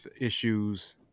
issues